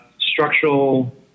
structural